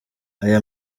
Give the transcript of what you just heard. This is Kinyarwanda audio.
aya